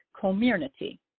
community